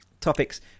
Topics